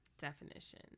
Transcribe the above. definition